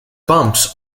bumps